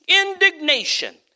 indignation